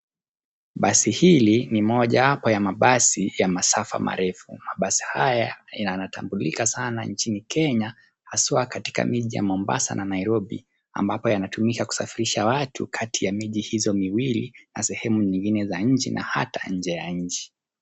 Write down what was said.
Basi hili ni mojawapo ya mabasi ya masafa marefu. Mabasi haya, inatambulika sana nchini, Kenya, haswa katika miji ya Mombasa, na Nairobi ambapo yanatumika kusafirisha watu kati ya miji hizo miwili na sehemu nyingine za nchi na hata nje ya nchi.